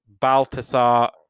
Baltasar